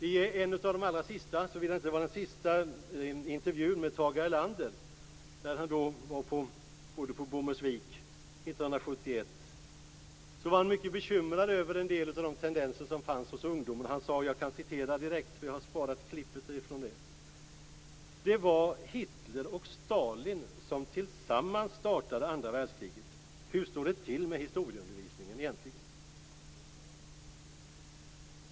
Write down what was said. I en av de allra sista intervjuerna, såvida det inte var den sista intervjun, med Tage Erlander på Bommersvik 1971 var han mycket bekymrad över en del av de tendenser som fanns hos ungdomarna. Han sade: "Det var Hitler och Stalin som tillsammans startade andra världskriget. Hur står det till med historieundervisningen egentligen?"